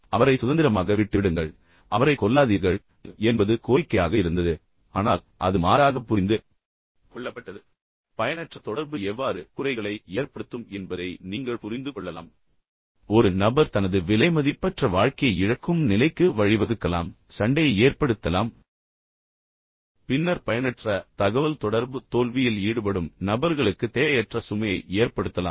அவரை சுதந்திரமாக விட்டுவிடுங்கள் அவரைக் கொல்லாதீர்கள் அவரை விட்டுவிடுங்கள் என்பது கோரிக்கையாக இருந்தது ஆனால் அது மாறாக புரிந்து கொள்ளப்பட்டது எனவே எனவே பயனற்ற தொடர்பு எவ்வாறு குறைகளை ஏற்படுத்தும் என்பதை நீங்கள் புரிந்து கொள்ளலாம் ஒரு நபர் தனது விலைமதிப்பற்ற வாழ்க்கையை இழக்கும் நிலைக்கு வழிவகுக்கலாம் சண்டையை ஏற்படுத்தலாம் பின்னர் பயனற்ற தகவல்தொடர்பு தோல்வியில் ஈடுபடும் நபர்களுக்கு தேவையற்ற சுமையை ஏற்படுத்தலாம்